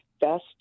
Best